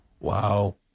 Wow